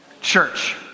Church